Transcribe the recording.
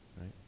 right